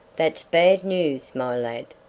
that's bad news, my lad,